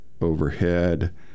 overhead